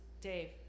Dave